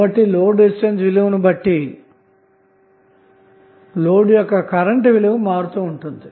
కాబట్టిలోడ్రెసిస్టెన్స్ విలువను బట్టి లోడ్ యొక్క కరెంటు విలువ మారుతూ ఉంటుంది